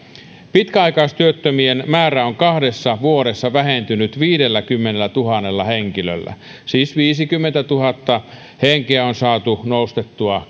pitkäaikaistyöttömien määrä on kahdessa vuodessa vähentynyt viidelläkymmenellätuhannella henkilöllä siis viisikymmentätuhatta henkeä on on saatu nostettua